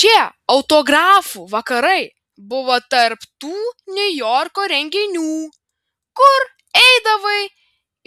šie autografų vakarai buvo tarp tų niujorko renginių kur eidavai